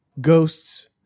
ghosts